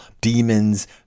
Demons